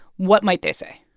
what might they say?